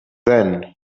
then